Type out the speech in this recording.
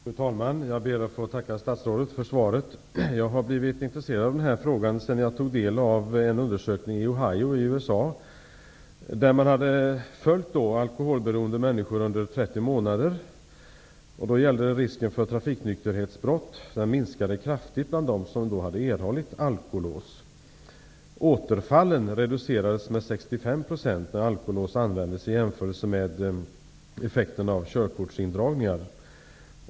Fru talman! Jag ber att få tacka statsrådet för svaret. Jag blev intresserad av den här frågan efter att jag tog del av en undersökning i Ohio, USA. I denna undersökning hade man under 30 månader följt alkoholberoende människor när det gäller risken för trafiknykterhetsbrott. Trafiknykterhetsbrotten minskade kraftigt bland dem som erhållit alkolås. Återfallen reducerades med 65 %, jämfört med fall där man tillämpat körkortsindragning.